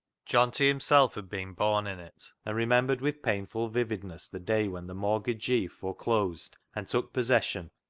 johnty himself had been born in it, and re membered with painful vividness the day when the mortgagee foreclosed and took possession,